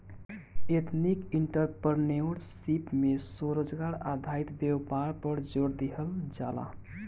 ethnic entrepreneurship में स्वरोजगार आधारित व्यापार पर जोड़ दीहल जाला